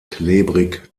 klebrig